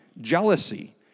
jealousy